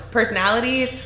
personalities